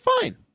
fine